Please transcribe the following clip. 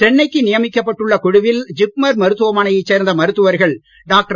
சென்னைக்கு நியமிக்கப் பட்டுள்ள குழுவில் ஜிப்மர் மருத்துவமனையைச் சேர்ந்த மருத்துவர்கள் டாக்டர்